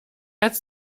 als